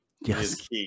Yes